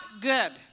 good